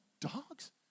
dogs